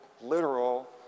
literal